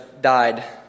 died